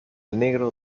negro